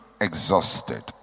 exhausted